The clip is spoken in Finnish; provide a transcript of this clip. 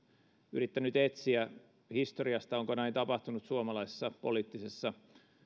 yrittänyt etsiä historiasta onko näin tapahtunut suomalaisessa poliittisessa